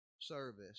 service